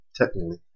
technically